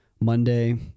Monday